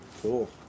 Cool